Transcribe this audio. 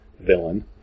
villain